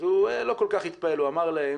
הוא לא כל כך התפעל, הוא אמר להם: